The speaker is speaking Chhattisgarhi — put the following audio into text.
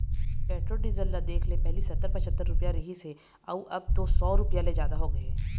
पेट्रोल डीजल ल देखले पहिली सत्तर, पछत्तर रूपिया रिहिस हे अउ अब तो सौ रूपिया ले जादा होगे हे